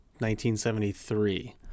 1973